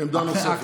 עמדה נוספת.